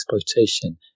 exploitation